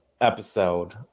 episode